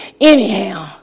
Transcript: anyhow